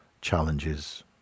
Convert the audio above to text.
challenges